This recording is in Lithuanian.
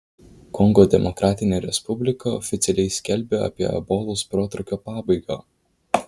kongo demokratinė respublika oficialiai skelbia apie ebolos protrūkio pabaigą